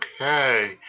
Okay